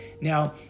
now